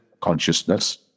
consciousness